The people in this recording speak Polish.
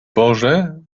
boże